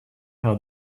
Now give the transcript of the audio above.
how